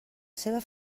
seva